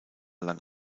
lang